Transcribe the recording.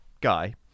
Guy